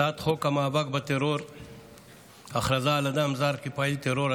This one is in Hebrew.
הצעת חוק המאבק בטרור (תיקון מס' 10) (הכרזה על אדם זר כפעיל טרור),